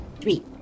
Three